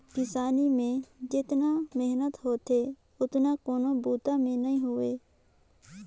किसानी में जेतना मेहनत होथे ओतना कोनों बूता में नई होवे